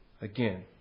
Again